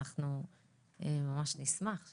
אנחנו ממש נשמח.